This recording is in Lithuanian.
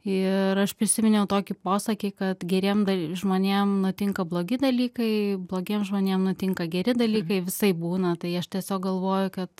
ir aš prisiminiau tokį posakį kad geriem žmonėm nutinka blogi dalykai blogiem žmonėm nutinka geri dalykai visaip būna tai aš tiesiog galvoju kad